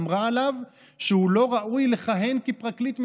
אמרה עליו שהוא לא ראוי לכהן כפרקליט מדינה,